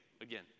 again